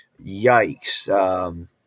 yikes